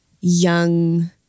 young